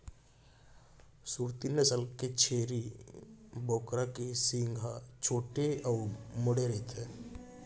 सूरती नसल के छेरी बोकरा के सींग ह छोटे अउ मुड़े रइथे